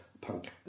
punk